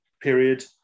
period